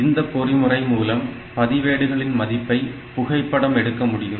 இந்த பொறிமுறை மூலம் பதிவேடுகளின் மதிப்பை புகைப்படம் எடுக்க முடியும்